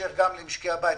לאפשר גם למשקי הבית,